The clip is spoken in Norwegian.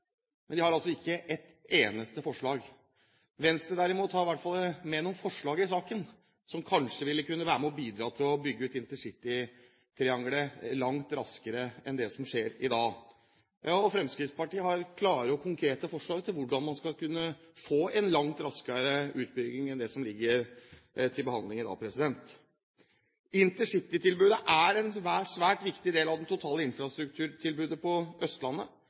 men de har altså ikke et eneste forslag. Venstre derimot har i hvert fall med noen forslag i saken, som kanskje vil kunne være med på å bygge ut intercitytriangelet langt raskere enn det som skjer i dag. Og Fremskrittspartiet har klare og konkrete forslag til hvordan man skal kunne få en langt raskere utbygging enn det som ligger til behandling i dag. Intercitytilbudet er en svært viktig del av det totale infrastrukturtilbudet på Østlandet,